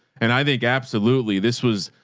and i think absolutely this was,